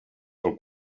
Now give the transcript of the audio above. del